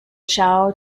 chao